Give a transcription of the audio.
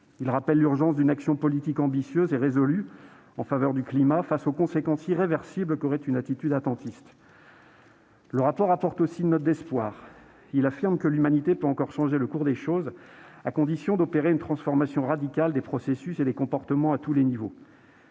Ils rappellent l'urgence d'une action politique ambitieuse et résolue en faveur du climat, face aux conséquences irréversibles d'une attitude attentiste. Le rapport apporte aussi une note d'espoir. Il affirme que l'humanité peut encore changer le cours des choses, à condition d'opérer une « transformation radicale des processus et des comportements à tous les niveaux